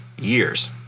years